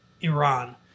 Iran